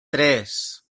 tres